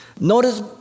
Notice